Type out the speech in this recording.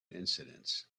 incidents